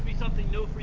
something new